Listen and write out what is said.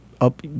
Up